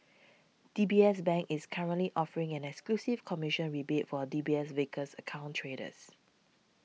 D B S Bank is currently offering an exclusive commission rebate for a D B S Vickers account traders